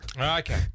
Okay